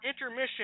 intermission